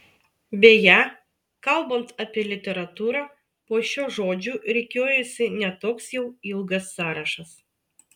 beje kalbant apie literatūrą po šiuo žodžiu rikiuojasi ne toks jau ilgas sąrašas